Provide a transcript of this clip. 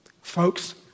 Folks